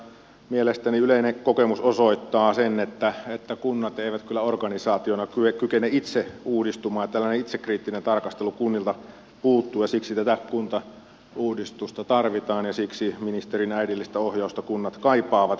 mielestäni yleinen kokemus osoittaa sen että kunnat eivät kyllä organisaationa kykene itse uudistumaan ja tällainen itsekriittinen tarkastelu kunnilta puuttuu ja siksi tätä kuntauudistusta tarvitaan ja siksi ministerin äidillistä ohjausta kunnat kaipaavat